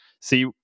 see